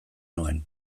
nuen